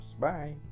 bye